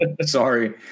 Sorry